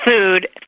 Food